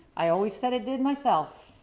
i always said it did myself.